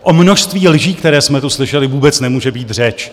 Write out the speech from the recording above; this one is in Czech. O množství lží, které jsme tu slyšeli, vůbec nemůže být řeč.